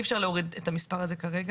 אי אפשר להוריד את המספר הזה כרגע.